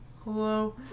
hello